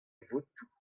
votoù